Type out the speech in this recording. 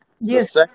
Yes